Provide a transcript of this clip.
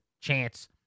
chance